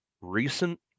recent